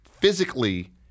physically